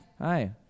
Hi